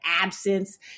absence